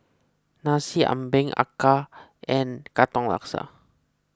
Nasi Ambeng Acar and Katong Laksa